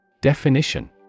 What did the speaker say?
Definition